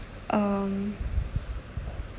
um